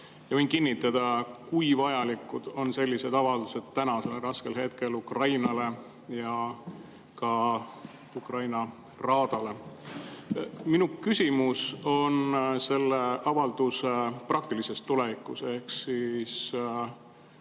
võin kinnitada, kui vajalikud on sellised avaldused tänasel raskel hetkel Ukrainale ja ka Ukraina raadale. Minu küsimus on selle avalduse praktilise tuleviku kohta: